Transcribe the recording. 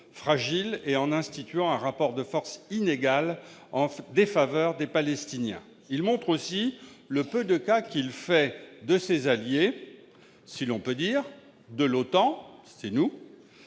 et en instituant un rapport de force inégal en défaveur des Palestiniens. Il montre aussi le peu de cas qu'il fait de ses alliés - si l'on peut dire ! -de l'OTAN. Les